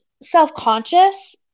self-conscious